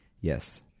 Yes